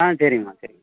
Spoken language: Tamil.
ஆ சரிங்கம்மா சரி